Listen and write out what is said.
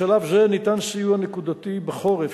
בשלב זה ניתן סיוע נקודתי בחורף,